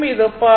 இது பவர்